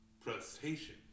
presentation